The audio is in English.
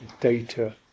data